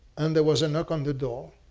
and there was a knock on the door.